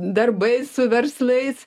darbais su verslais